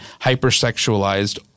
hypersexualized